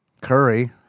Curry